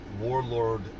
warlord